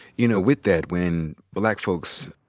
you know, with that, when black folks,